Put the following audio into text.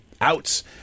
outs